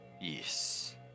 Yes